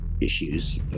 issues